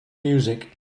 music